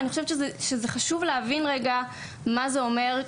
אני חושבת שזה חשוב להבין רגע מה זה אומר,